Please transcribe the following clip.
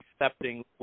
accepting